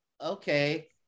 okay